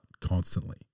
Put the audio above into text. constantly